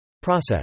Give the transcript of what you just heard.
Process